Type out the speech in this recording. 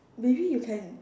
maybe you can